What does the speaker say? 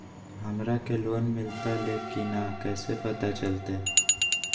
हमरा के लोन मिलता ले की न कैसे पता चलते?